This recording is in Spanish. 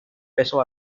peso